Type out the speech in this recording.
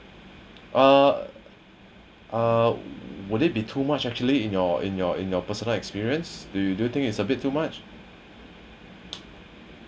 uh uh would it be too much actually in your in your in your personal experience do do you think is a bit too much